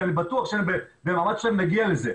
אני בטוח שבמאמץ נגיע לזה,